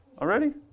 Already